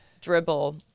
dribble